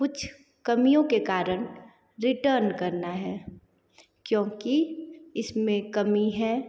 कुछ कमियों के कारण रिटर्न करना है क्योंकि इसमें कमी है